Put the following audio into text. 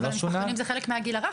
אבל משפחתונים זה חלק מהגיל הרך,